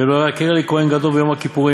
ולא אירע קרי לכוהן גדול ביום הכיפורים,